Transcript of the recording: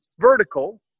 vertical